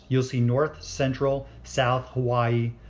you'll see north, central, south, hawaii,